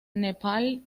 nepal